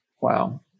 Wow